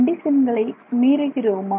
கண்டிஷன்களை மீறுகிறோமா